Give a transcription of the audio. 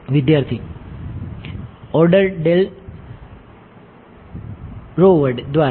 વિદ્યાર્થી ઓર્ડર ડેલ q દ્વારા